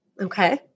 Okay